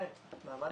מעמד הביניים.